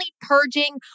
purging